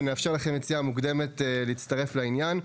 ונאפשר לכם יציאה מוקדמת כדי להצטרף לעניין.